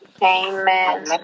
Amen